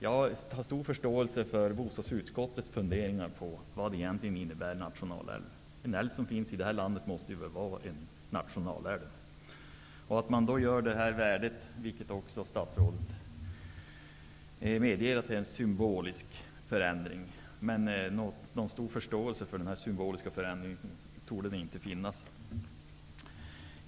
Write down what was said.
Jag har stor förståelse för bostadsutskottets funderingar på vad begreppet nationalälv innebär. En älv som finns i detta land måste väl vara en nationalälv? Statsrådet medger att det är en symbolisk förändring. Någon stor förståelse för denna symboliska förändring torde det inte finnas.